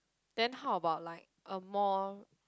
then how about like a more